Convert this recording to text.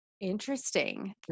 Interesting